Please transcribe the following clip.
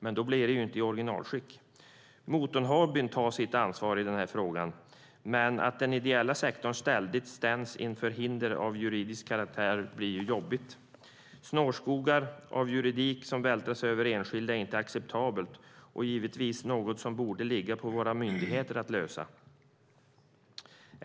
Men då blir det ju inte i originalskick. Motorhobbyn tar sitt ansvar i den här frågan, men att den ideella sektorn ständigt ställs inför hinder av juridisk karaktär blir jobbigt. Snårskogar av juridik som vältras över på enskilda är inte acceptabelt och är givetvis något som borde ligga på våra myndigheter att lösa.